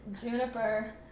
Juniper